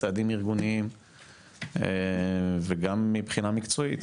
צעדים ארגוניים וגם מבחינה מקצועית,